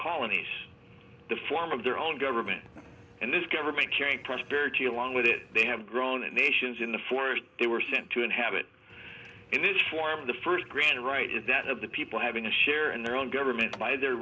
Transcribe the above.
colonies the form of their own government and this government carrying prosperity along with it they have grown and nations in the forest they were sent to inhabit in this form the first grant writing that of the people having a share in their own government by their